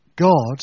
God